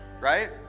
right